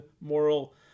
moral